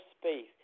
space